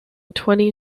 twenty